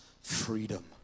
freedom